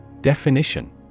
Definition